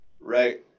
Right